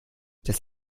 das